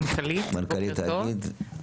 מנכ"לית, בוקר טוב.